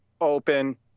open